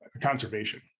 conservation